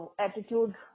attitude